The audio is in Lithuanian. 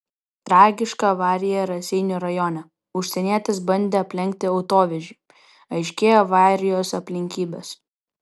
tragiška avarija raseinių rajone užsienietis bandė aplenkti autovežį aiškėja avarijos aplinkybės